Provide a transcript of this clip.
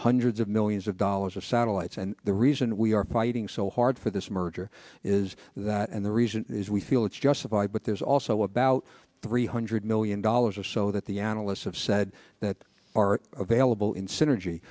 hundreds of millions of dollars of satellites and the reason we are fighting so hard for this merger is and the reason is we feel it's justified but there's also about three hundred million dollars or so that the analysts have said that are available in synergy